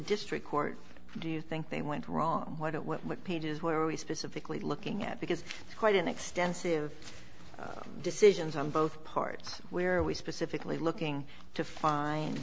district court do you think they went wrong what pages were we specifically looking at because quite an extensive decisions on both part where we specifically looking to find